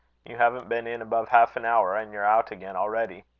you haven't been in above half an hour, and you're out again already.